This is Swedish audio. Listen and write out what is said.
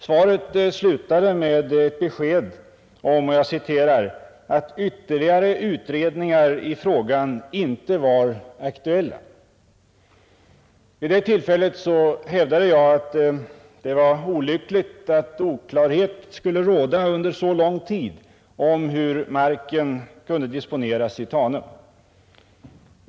Svaret slutade med beskedet: ”Att tillsätta ytterligare utredningar i frågan är inte aktuellt.” Vid det tillfället hävdade jag att det var olyckligt att oklarhet under så lång tid skulle råda om hur marken i Tanum kunde disponeras.